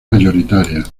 mayoritaria